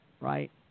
right